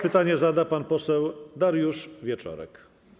Pytanie zada pan poseł Dariusz Wieczorek.